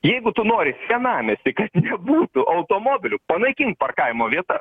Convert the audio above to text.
jeigu tu nori senamiesty kad nebūtų automobilių panaikink parkavimo vietas